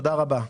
תודה רבה.